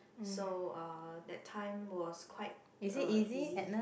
so uh that time was quite uh easy